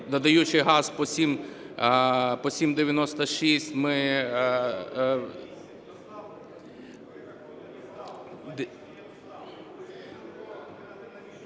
надаючи газ по 7,96, ми…